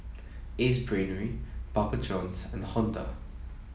Ace Brainery Papa Johns and Honda